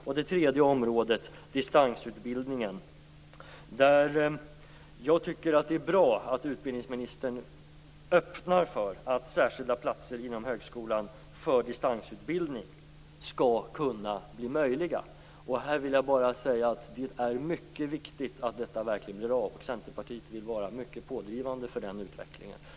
På det tredje området, distansutbildningen, tycker jag att det är bra att utbildningsministern öppnar för att särskilda platser inom högskolan för distansutbildning skall bli möjliga. Här vill jag bara säga att det är mycket viktigt att detta verkligen blir av. Centerpartiet vill vara pådrivande för den utvecklingen.